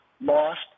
lost